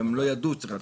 הם לא ידעו שצריך לעדכן.